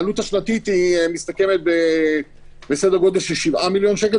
והעלות השנתית של התחזוקה מסתכמת בסדר גודל של 7 מיליון שקל.